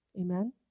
Amen